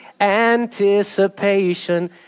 Anticipation